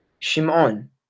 Shimon